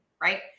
right